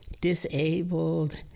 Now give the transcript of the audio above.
disabled